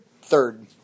Third